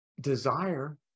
desire